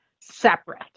separate